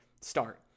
start